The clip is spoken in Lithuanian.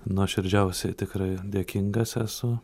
nuoširdžiausiai tikrai dėkingas esu